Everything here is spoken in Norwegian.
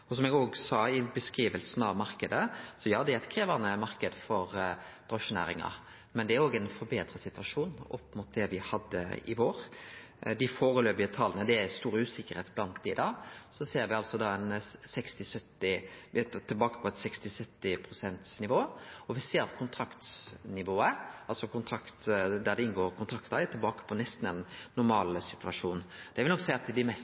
Som eg òg sa i beskrivinga av marknaden: Ja, det er ein krevjande marknad for drosjenæringa, men det er òg ein forbetra situasjon opp mot det ein hadde i vår. Dei foreløpige tala – det er stor usikkerheit om desse – viser at me er tilbake på eit 60–70 pst.-nivå, og me ser at for kontraktsnivået, der ein inngår kontraktar, er ein nesten tilbake til ein normalsituasjon. Eg vil nok seie at dei mest